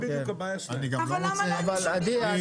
אבל למה להעניש אותי?